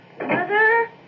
Mother